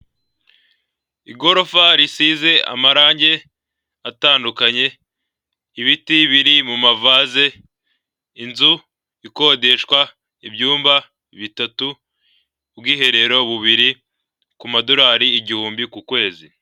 Igorofa risize amarange atandukanye ibiti biri mu mavaze inzu ikodeshwa ibyumba bitatu, ubwiherero bubiri ku madorari igihumbi ku kwezi.